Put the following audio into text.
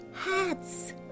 hats